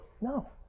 No